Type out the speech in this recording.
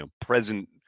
present